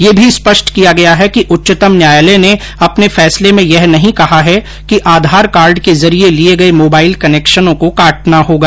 यह भी स्पष्ट किया गया है कि उच्चतम न्यायालय ने अपने फैसले में यह नहीं कहा है कि आधार कार्ड के जरिए लिए गए मोबाइल कनैक्शनों को काटना होगा